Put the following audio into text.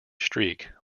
streak